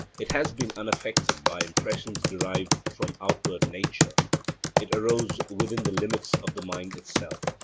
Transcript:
it has been unaffected by impressions derived from outward nature it arose within the limits of the mind itself.